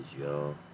y'all